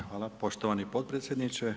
Hvala poštovani potpredsjedniče.